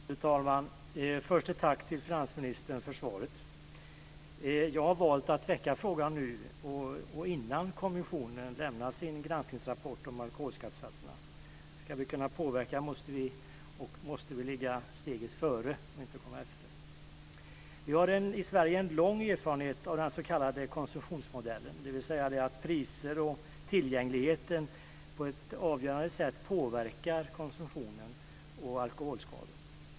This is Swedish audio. Fru talman! Jag vill först tacka finansministern för svaret. Jag har valt att väcka frågan nu, innan kommissionen lämnar sin granskningsrapport om alkoholskattesatserna. Ska vi kunna påverka måste vi ligga steget före, och inte komma efter. Vi har i Sverige en lång erfarenhet av den s.k. konsumtionsmodellen, dvs. att priser och tillgänglighet på ett avgörande sätt påverkar konsumtionen och alkoholskadorna.